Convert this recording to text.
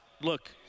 look